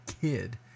kid